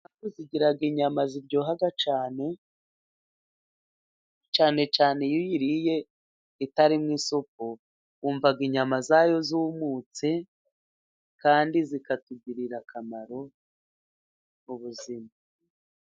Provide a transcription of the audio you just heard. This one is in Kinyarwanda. Ikwavu zigira inyama ziryoha cyane, cyane cyane iyo uyiriye itarimo isupu , wumva inyama zayo zumutse kandi zikatugirira akamaro mubuzima.